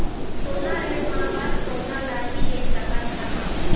सोना ऋण मा बस सोना ला ही ले सकत हन हम?